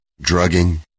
drugging